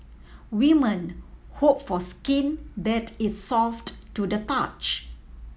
women hope for skin that is soft to the touch